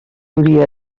duria